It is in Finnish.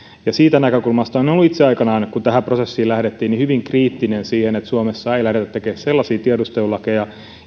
siitä näkökulmasta olen ollut itse aikanaan kun tähän prosessiin lähdettiin hyvin kriittinen sen suhteen että suomessa lähdettäisiin tekemään sellaisia tiedustelulakeja